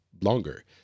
longer